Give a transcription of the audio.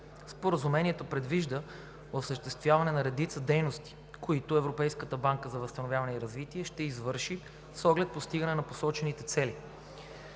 Споразумението предвижда осъществяване на редица дейности, които Европейската банка за възстановяване и развитие ще извърши с оглед постигане на посочените цели.